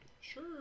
Sure